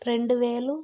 రెండు వేలు